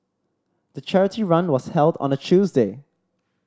the charity run was held on a Tuesday